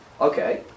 Okay